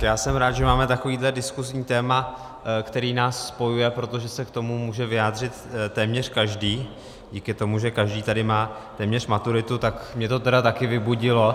Já jsem rád, že máme takovéhle diskusní téma, které nás spojuje, protože se k tomu může vyjádřit téměř každý díky tomu, že téměř každý tady má maturitu, tak mě to tedy taky vybudilo.